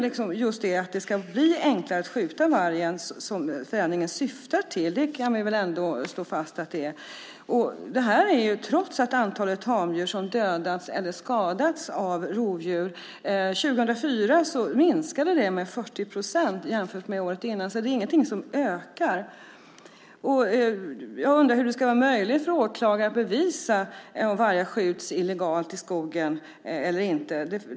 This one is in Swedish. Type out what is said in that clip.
Vi kan väl slå fast att förändringen syftar till att det ska bli enklare att skjuta varg, trots att antalet tamdjur som dödades eller skadades av rovdjur 2004 minskade med 40 procent jämfört med året innan. Det är alltså inget som ökar. Jag undrar hur åklagare ska kunna bevisa om vargar skjuts illegalt i skogen eller inte.